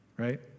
right